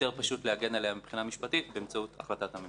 להגן עליה מבחינה משפטית באמצעות החלטת הממשלה.